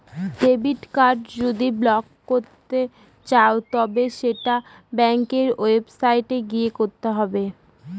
debit card যদি block করতে চাও তবে সেটা ব্যাঙ্কের ওয়েবসাইটে গিয়ে করতে হবে